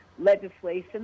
legislation